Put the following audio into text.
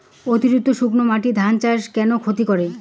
অতিরিক্ত শুকনা মাটি ধান চাষের কেমন ক্ষতি করে?